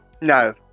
No